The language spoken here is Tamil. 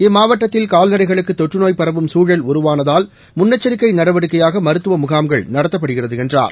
இம்மாவட்டத்தில் கால்நடைகளுக்கு தொற்று நோய் பரவும் சூழல் உருவானதால் முன்னெச்சரிக்கை நடவடிக்கையாக மருத்துவ முகாம்கள் நடத்தப்படுகிறது என்றார்